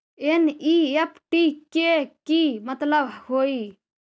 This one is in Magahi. एन.ई.एफ.टी के कि मतलब होइ?